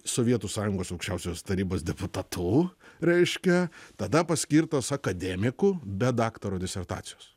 sovietų sąjungos aukščiausios tarybos deputatu reiškia tada paskirtas akademiku be daktaro disertacijos